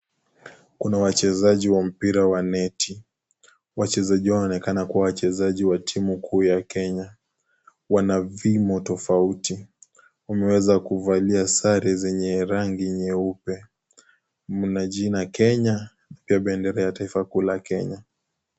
Kuna wachezaji wa mpira wa neti. Wachezaji hawa wanaonekana kuwa wachezaji wa timu kuu ya Kenya . Wana viimo tofauti, wameweza kuvalia sare zenye rangi nyeupe mna jina Kenya pia bendera ya taifa kuu la Kenya.